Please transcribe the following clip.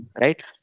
right